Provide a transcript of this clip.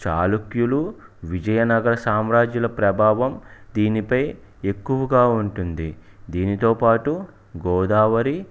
చాళుక్యులు విజయనగర సామ్రాజ్యాల ప్రభావం దీనిపై ఎక్కువగా ఉంటుంది దీనితో పాటు గోదావరి